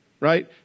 Right